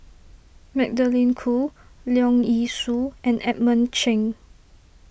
Magdalene Khoo Leong Yee Soo and Edmund Cheng